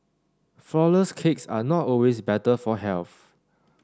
flourless cakes are not always better for health